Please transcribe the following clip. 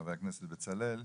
חבר הכנסת בצלאל,